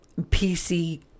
PC